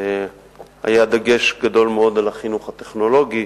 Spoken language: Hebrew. היה דגש גדול מאוד על החינוך הטכנולוגי.